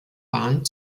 bahn